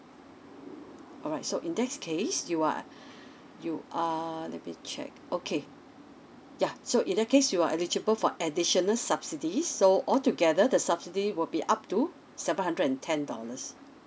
alright so in that case you are you err let me check okay yeah so in that case you are eligible for additional subsidies so all together the subsidy will be up to seven hundred and ten dollars